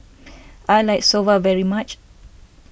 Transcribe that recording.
I like Soba very much